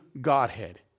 Godhead